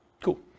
Cool